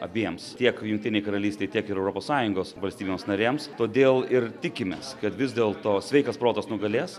abiems tiek jungtinei karalystei tiek ir europos sąjungos valstybėms narėms todėl ir tikimės kad vis dėlto sveikas protas nugalės